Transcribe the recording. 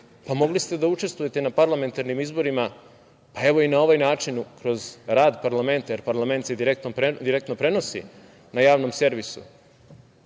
Mogli ste da učestvujete na parlamentarnim izborima pa i na ovaj način kroz rad parlamenta, jer parlament se direktno prenosi na Javnom servisu.